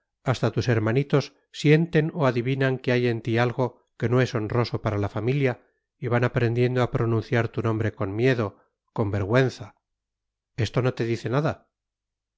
hasta tus hermanitos sienten o adivinan que hay en ti algo que no es honroso para la familia y van aprendiendo a pronunciar tu nombre con miedo con vergüenza esto no te dice nada